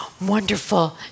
wonderful